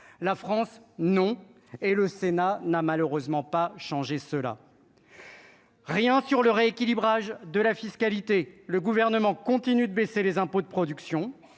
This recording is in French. la France non, et le Sénat n'a malheureusement pas changer cela, rien sur le rééquilibrage de la fiscalité, le gouvernement continue de baisser les impôts de production